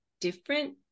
different